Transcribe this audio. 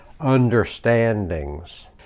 understandings